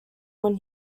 when